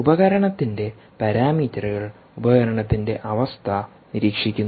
ഉപകരണത്തിന്റെ പാരാമീറ്ററുകൾ ഉപകരണത്തിന്റെ അവസ്ഥ നിരീക്ഷിക്കുന്നു